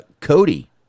Cody